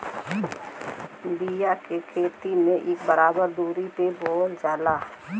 बिया के खेती में इक बराबर दुरी पे बोवल जाला